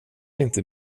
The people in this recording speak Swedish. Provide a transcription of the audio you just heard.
inte